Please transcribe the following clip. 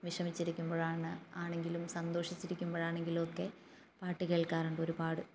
വിഷമിച്ചിരിക്കുമ്പോഴാണ് ആണെങ്കിലും സന്തോഷിച്ചിരിക്കുമ്പോഴാണെങ്കിലും ഒക്കെ പാട്ടു കേൾക്കാറുണ്ട് ഒരുപാട്